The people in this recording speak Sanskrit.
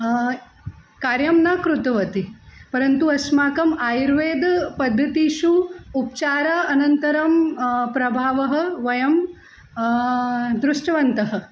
कार्यं न कृतवती परन्तु अस्माकम् आयुर्वेदपद्धतिषु उपचारः अनन्तरं प्रभावः वयं दृष्टवन्तः